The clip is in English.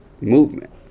movement